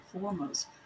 foremost